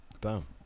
Boom